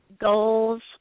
goals